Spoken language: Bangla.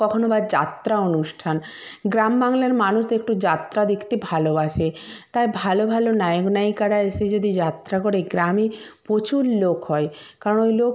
কখনো বা যাত্রা অনুষ্ঠান গ্রাম বাংলার মানুষ একটু যাত্রা দেখতে ভালোবাসে তাই ভালো ভালো নায়ক নায়িকারা এসে যদি যাত্রা করে গ্রামে প্রচুর লোক হয় কারণ ওই লোক